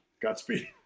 Godspeed